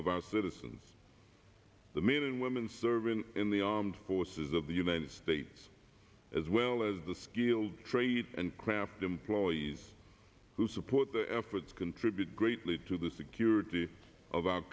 of our citizens the men and women serving in the armed forces of the united states as well as the skilled trade and craft employees who support the efforts contributed greatly to the security of our